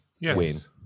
Yes